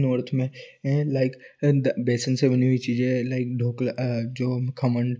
north में में like बेसन से बनी हुई चीज़ें लाइक ढोकला जो खमन